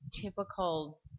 typical